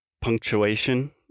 punctuation